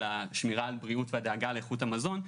שמירה על בריאות ודאגה לאיכות המזון.